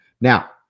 Now